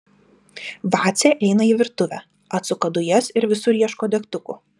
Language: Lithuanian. vacė eina į virtuvę atsuka dujas ir visur ieško degtukų